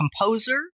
composer